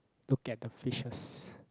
look at the fishes